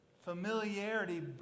Familiarity